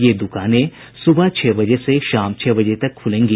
ये द्रकानें सुबह छह बजे से शाम छह बजे तक खुलेंगी